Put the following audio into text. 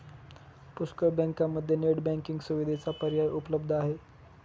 पुष्कळ बँकांमध्ये net banking सुविधेचा पर्याय उपलब्ध आहे